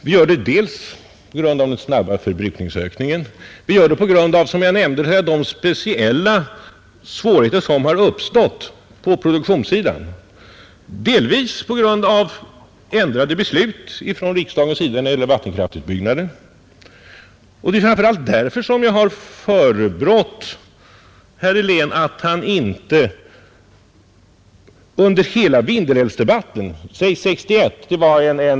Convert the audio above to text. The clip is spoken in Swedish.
Det gör vi dels på grund av den snabba förbrukningsökningen, dels på grund av de speciella svårigheter som har uppstått på produktionssidan, vilka delvis beror på ändrade beslut av riksdagen när det gäller vattenkraftsutbyggnaden. Det är framför allt därför som jag har förebrått herr Helén för att han inte under hela den stora Vindelälvsdebatten — låt oss säga omkring 1967 — drev Ritsemfrågan.